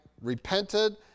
repented